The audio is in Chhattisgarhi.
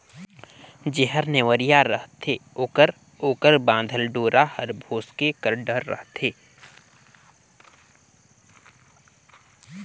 जेहर नेवरिया रहथे ओकर ओकर बाधल डोरा हर भोसके कर डर रहथे